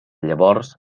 llavors